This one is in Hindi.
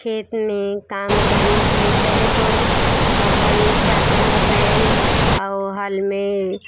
खेत में काम करने के लिए पहले तो हल चाहता था बैल और वो हल में